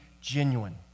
genuine